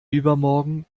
übermorgen